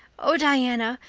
oh, diana,